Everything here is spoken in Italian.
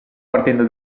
partendo